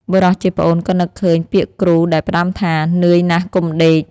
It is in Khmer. បុរសជាប្អូនក៏នឹកឃើញពាក្យគ្រូដែលផ្ដាំថា "នឿយណាស់កុំដេក"។